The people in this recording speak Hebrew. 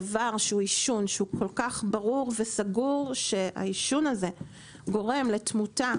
עישון שהוא כל כך ברור וסגור שהעישון גורם לתמותה